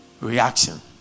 Reaction